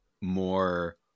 more